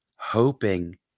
hoping